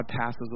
passes